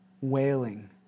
wailing